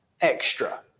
extra